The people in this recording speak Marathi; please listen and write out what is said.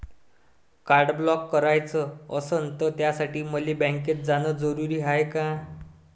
कार्ड ब्लॉक कराच असनं त त्यासाठी मले बँकेत जानं जरुरी हाय का?